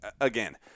again